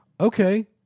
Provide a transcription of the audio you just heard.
okay